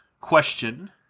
question